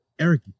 Eric